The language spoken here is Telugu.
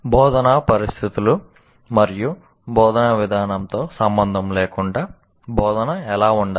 బోధనా పరిస్థితులు మరియు బోధనా విధానంతో సంబంధం లేకుండా బోధన ఎలా ఉండాలి